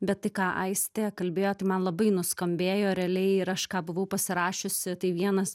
bet tai ką aistė kalbėjo tai man labai nuskambėjo realiai ir aš ką buvau pasirašiusi tai vienas